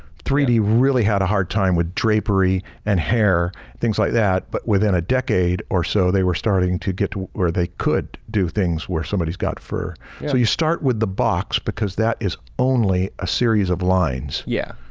three d really had a hard time with drapery and hair things like that. but within a decade or so, they were starting to get to where they could do things where somebody's got fur. so you start with the box because that is only a series of lines. stan yeah,